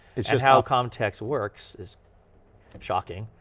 it's just how commtech works is shocking.